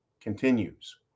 continues